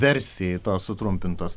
versijai tos sutrumpintos